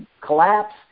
collapse